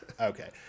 Okay